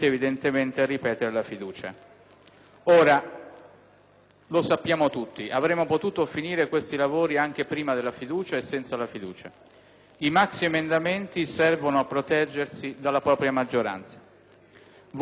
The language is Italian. Lo sappiamo tutti: avremmo potuto finire i lavori anche prima della fiducia e senza la fiducia. I maxiemendamenti servono a proteggersi dalla propria maggioranza. Voi rivelate di aver paura della vostra maggioranza.